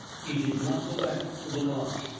he did not go back to the lodge.